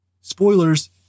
Spoilers